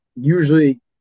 usually –